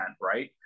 right